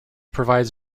provides